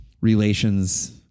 relations